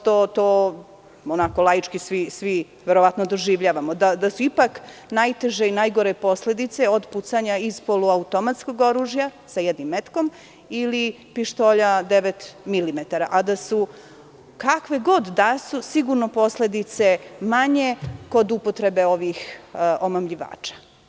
To onako laički svi verovatno doživljavamo, da su ipak najteže i najgore posledice od pucanja iz poluautomatskog oružja sa jednim metkom i pištolja devet milimetara, a da su, kakve god da su, sigurno posledice manje kod upotrebe ovih omamljivača.